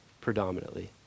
predominantly